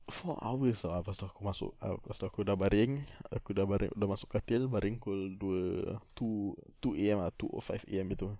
four hours ah lepas aku masuk a~ lepas tu aku dah baring aku dah baring dah masuk katil baring pukul dua two two A_M ah two oh five A_M gitu